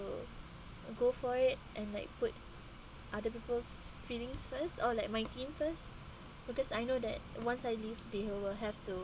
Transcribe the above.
go for it and like put other people's feelings first or like my team first because I know that once I leave they all will have to